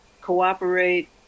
cooperate